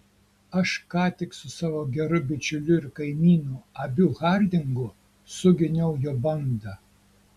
aš ką tik su savo geru bičiuliu ir kaimynu abiu hardingu suginiau jo bandą